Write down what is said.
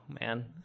man